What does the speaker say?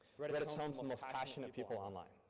reddit's home to the most ah passionate people online.